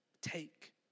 take